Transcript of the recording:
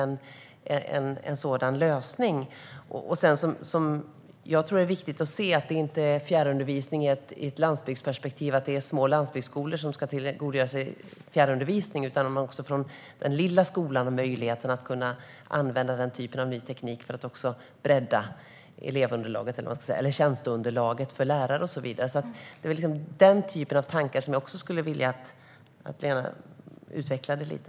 Ur ett landsbygdsperspektiv tror jag att det är viktigt att det inte bara handlar om små landsbygdsskolor som ska tillgodogöra sig fjärrundervisning. Det handlar också om att den lilla skolan har möjlighet att använda ny teknik för att bredda elevunderlaget eller tjänsteunderlaget för lärare och så vidare. Den typen av tankar skulle jag vilja att Lena Hallengren utvecklade lite.